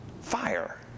fire